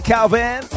Calvin